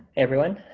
everyone,